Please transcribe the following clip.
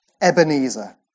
Ebenezer